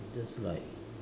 just like